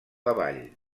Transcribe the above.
avall